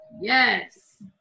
Yes